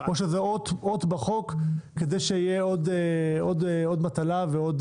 או שזאת אות בחוק כדי שתהיה עוד מטלה ועוד